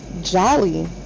Jolly